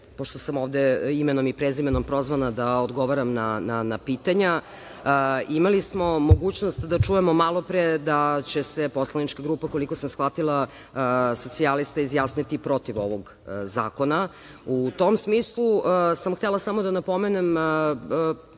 pošto sam ovde imenom i prezimenom prozvana da odgovaram na pitanja, imali smo mogućnost da čujemo malopre da će se poslanička grupa, koliko sam shvatila, socijalista izjasniti protiv ovog zakona. U tom smislu sam htela samo da napomenem